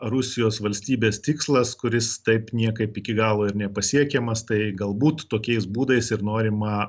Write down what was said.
rusijos valstybės tikslas kuris taip niekaip iki galo ir nepasiekiamas tai galbūt tokiais būdais ir norima